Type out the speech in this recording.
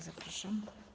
Zapraszam.